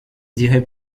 dirait